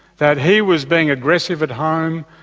that he was being aggressive at home,